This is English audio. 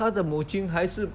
他的母亲还是